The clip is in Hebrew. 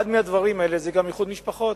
אחד הדברים האלה זה גם איחוד משפחות.